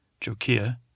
Jokia